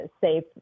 safe